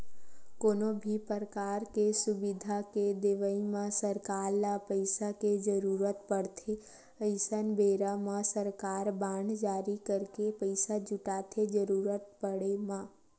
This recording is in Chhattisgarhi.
कोनो भी परकार के सुबिधा के देवई म सरकार ल पइसा के जरुरत पड़थे अइसन बेरा म सरकार बांड जारी करके पइसा जुटाथे जरुरत पड़े म